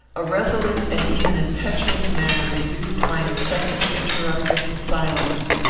a resolute and even impetuous manner reduced my incessant interrupter to silence.